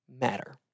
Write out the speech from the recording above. matter